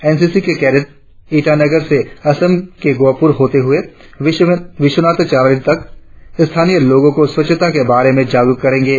N C C के cadet Itanagar से असम के गोहपुर होते हुए विश्वनाथ चाराली तक स्थानीय लोगों को स्वच्छता के बारे में जागरुक करेंगें